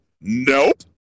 nope